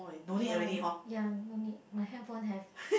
ya ya no need my hand phone have